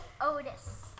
Otis